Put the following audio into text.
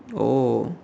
oh